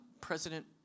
President